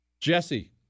Jesse